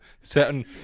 certain